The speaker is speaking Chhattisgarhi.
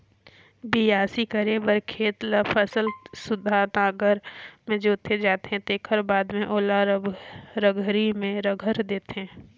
बियासी करे बर खेत ल फसल सुद्धा नांगर में जोते जाथे तेखर बाद में ओला रघरी में रघर देथे